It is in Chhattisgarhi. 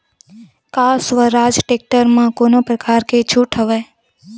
का स्वराज टेक्टर म कोनो प्रकार के छूट हवय?